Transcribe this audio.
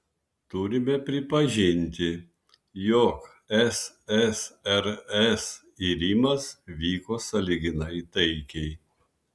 turime pripažinti jog ssrs irimas vyko sąlyginai taikiai